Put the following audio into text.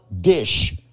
dish